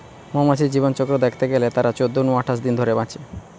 মৌমাছির জীবনচক্র দ্যাখতে গেলে তারা চোদ্দ নু আঠাশ দিন ধরে বাঁচে